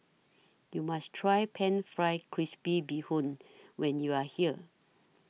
YOU must Try Pan Fried Crispy Bee Hoon when YOU Are here